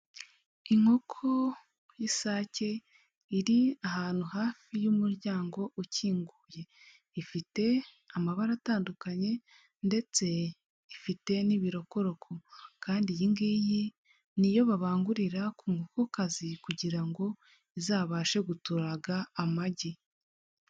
Inkoko y'isake iri ahantu hafi y'umuryango ukinguye, ifite amabara atandukanye ndetse ifite n'ibirokoroko kandi iyi ngiyi ni yo babangurira ku nkoko kazi kugira ngo izabashe guturaga amagi.